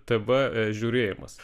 tv žiūrėjimas